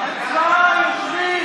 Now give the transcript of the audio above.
חבר הכנסת לוין,